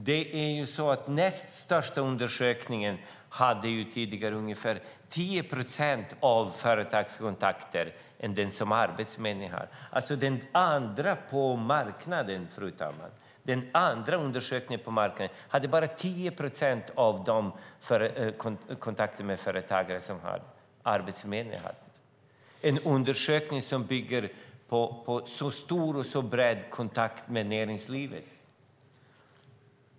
Den näst största undersökningen på marknaden hade tidigare bara ungefär 10 procent av det antal företagskontakter som Arbetsförmedlingen har. Undersökningarna bygger på stor och bred kontakt med näringslivet.